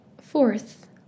fourth